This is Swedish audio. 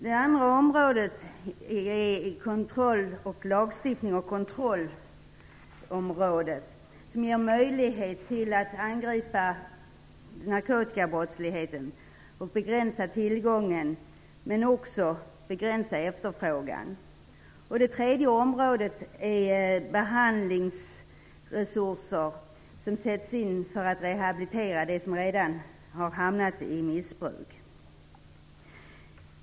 Det andra området är kontroll och lagstiftning som ger möjlighet att angripa narkotikabrottsligheten och begränsa tillgången - men också efterfrågan. Det tredje området är behandlingsresurser som sätts in för att rehabilitera dem som redan hamnat i missbruk.